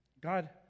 God